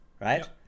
right